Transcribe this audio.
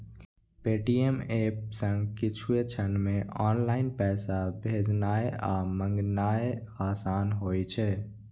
Paytm app सं किछुए क्षण मे ऑनलाइन पैसा भेजनाय आ मंगेनाय आसान होइ छै